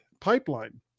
pipeline